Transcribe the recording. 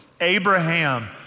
Abraham